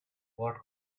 what